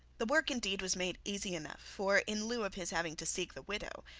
the work indeed was made easy enough for in lieu of his having to seek the widow,